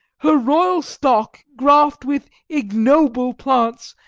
her royal stock graft with ignoble plants,